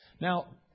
Now